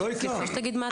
תגיד מה אתה צריך.